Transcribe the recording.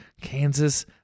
Kansas